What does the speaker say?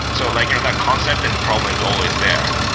so like you know that concept and the problem is always there.